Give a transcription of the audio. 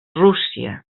rússia